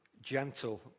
gentle